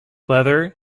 leather